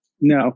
No